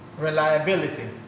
Reliability